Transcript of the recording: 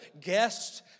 guests